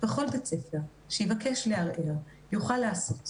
וכל בית ספר שיבקש לערער יוכל לעשות זאת,